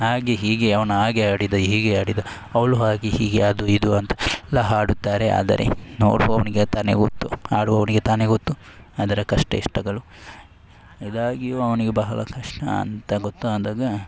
ಹಾಗೆ ಹೀಗೆ ಅವ್ನು ಹಾಗೆ ಆಡಿದ ಹೀಗೆ ಆಡಿದ ಅವಳು ಹಾಗೆ ಹೀಗೆ ಅದು ಇದು ಅಂತ ಎಲ್ಲ ಹಾಡುತ್ತಾರೆ ಆದರೆ ನೋಡುವವನಿಗೆ ತಾನೆ ಗೊತ್ತು ಆಡುವವನಿಗೆ ತಾನೆ ಗೊತ್ತು ಅದರ ಕಷ್ಟ ಇಷ್ಟಗಳು ಇದಾಗಿಯೂ ಅವನಿಗೆ ಬಹಳ ಕಷ್ಟ ಅಂತ ಗೊತ್ತಾದಾಗ